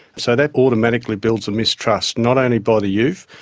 so that automatically builds a mistrust, not only by the youth,